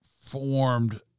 formed